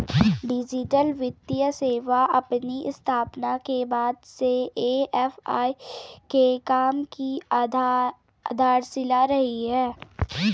digital वित्तीय सेवा अपनी स्थापना के बाद से ए.एफ.आई के काम की आधारशिला रही है